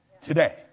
Today